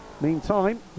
Meantime